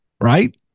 Right